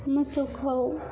मोसौखौ